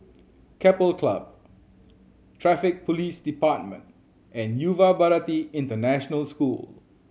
Keppel Club Traffic Police Department and Yuva Bharati International School